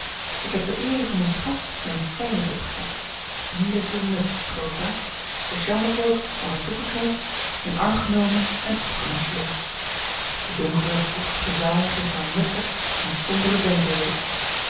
ik heb ter eere van onzen gast mijn tuinhoed opgezet en hier is uwe muts grootpa de chambercloak maar wat toegeknoopt mijn arm genomen en opgemarcheerd die donkere vochtige zaal geeft maar muffe en sombere denkbeelden